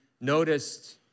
noticed